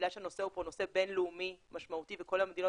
בגלל שהנושא הוא נושא בינלאומי משמעותי וכל המדינות